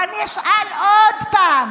ואני אשאל שוב: